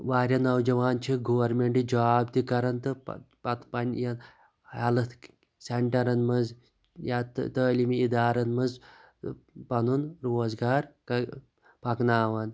وارِیاہ نَوجَوان چھ گورمیٚنٹ جاب تہِ کَرَن تہٕ پَتہٕ پَتہٕ پَننہِ ہیٚلٕتھ سِنٹَرَن منٛز یا تہٕ تعلیمی اِدارَن منٛز پَنُن روزگار پَکناوان